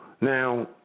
now